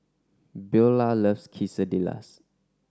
Beaulah loves Quesadillas